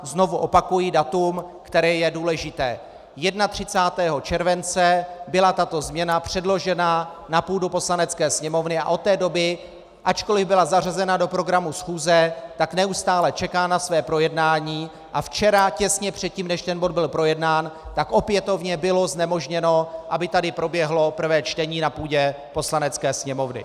Znovu opakuji datum, které je důležité: 31. července byla tato změna předložena na půdu Poslanecké sněmovny a od té doby, ačkoliv byl zařazen do programu schůze, neustále čeká na své projednání a včera těsně předtím, než byl tento bod projednán, tak opětovně bylo znemožněno, aby tady proběhlo prvé čtení na půdě Poslanecké sněmovny.